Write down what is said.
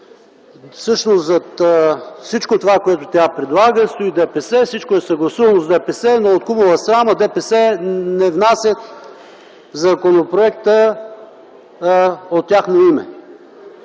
всичко това, което тя предлага, стои ДПС. Всичко е съгласувано с ДПС, но от кумува срама ДПС не внасят законопроекта от тяхно име